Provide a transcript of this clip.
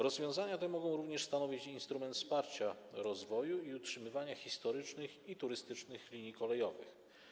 Rozwiązania te mogą również stanowić instrument wsparcia rozwoju i utrzymywania historycznych i turystycznych linii kolejowych.